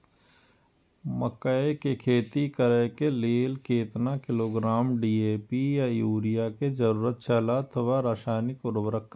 मकैय के खेती करे के लेल केतना किलोग्राम डी.ए.पी या युरिया के जरूरत छला अथवा रसायनिक उर्वरक?